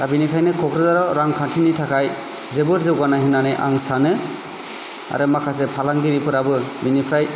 दा बिनिखायनो क'क्राझाराव रांखान्थिनि थाखाय जोबोर जौगानाय होननानै आं सानो आरो माखासे फालांगिरिफोराबो बिनिफ्राय